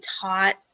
taught